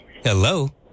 Hello